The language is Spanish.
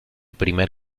primer